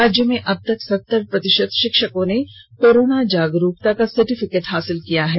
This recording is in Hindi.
राज्य में अबतक सत्तर प्रतिशत शिक्षकों ने कोरोना जागरूकता का सर्टिफिकेट हासिल किया है